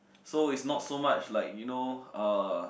so is not so much like you know uh